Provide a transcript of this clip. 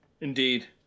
Indeed